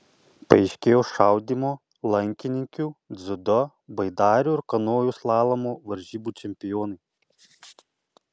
paaiškėjo šaudymo lankininkių dziudo baidarių ir kanojų slalomo varžybų čempionai